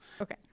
Okay